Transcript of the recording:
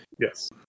yes